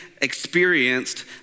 Experienced